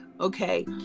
Okay